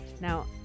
Now